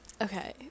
Okay